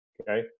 Okay